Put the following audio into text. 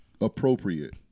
appropriate